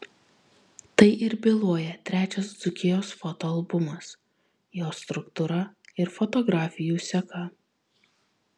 tai ir byloja trečias dzūkijos fotoalbumas jo struktūra ir fotografijų seka